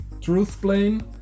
Truthplane